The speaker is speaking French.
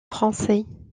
français